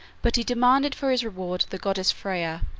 but he demanded for his reward the goddess freya,